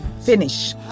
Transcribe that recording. Finish